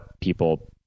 people